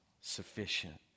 sufficient